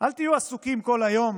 אל תהיו עסוקים כל היום